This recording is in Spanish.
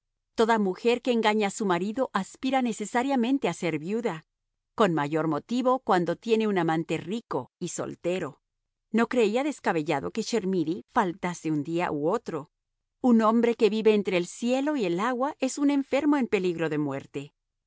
toda mujer que engaña a su marido aspira necesariamente a ser viuda con mayor motivo cuando tiene un amante rico y soltero no creía descabellado que chermidy faltase un día u otro un hombre que vive entre el cielo y el agua es un enfermo en peligro de muerte